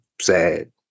sad